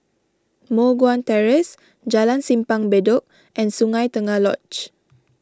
Moh Guan Terrace Jalan Simpang Bedok and Sungei Tengah Lodge